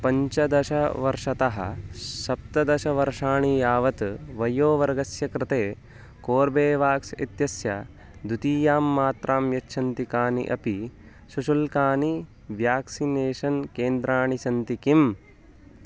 पञ्चदशवर्षतः सप्तदशवर्षाणि यावत् वयोवर्गस्य कृते कोर्बेवाक्स् इत्यस्य द्वितीयां मात्रां यच्छन्ति कानि अपि सशुल्कानि व्याक्सिनेषन् केन्द्राणि सन्ति किम्